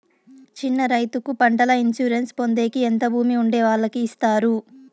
చిన్న రైతుకు పంటల ఇన్సూరెన్సు పొందేకి ఎంత భూమి ఉండే వాళ్ళకి ఇస్తారు?